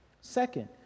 Second